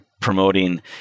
promoting